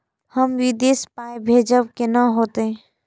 हम विदेश पाय भेजब कैना होते?